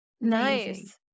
Nice